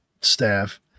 staff